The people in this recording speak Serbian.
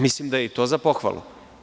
Mislim da je i to za pohvalu.